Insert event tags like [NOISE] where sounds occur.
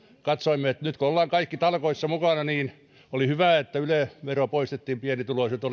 katsoimme että nyt kun ollaan kaikki talkoissa mukana niin oli hyvä että yle vero poistettiin pienituloisilta [UNINTELLIGIBLE]